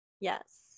yes